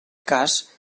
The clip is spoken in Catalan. cas